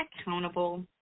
accountable